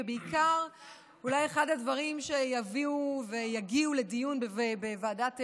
ובעיקר אולי אחד הדברים שיביאו ויגיעו לדיון בוועדת החוקה,